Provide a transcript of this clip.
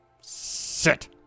sit